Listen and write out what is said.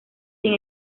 sin